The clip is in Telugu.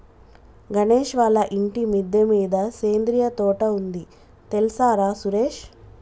గణేష్ వాళ్ళ ఇంటి మిద్దె మీద సేంద్రియ తోట ఉంది తెల్సార సురేష్